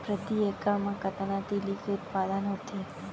प्रति एकड़ मा कतना तिलि के उत्पादन होथे?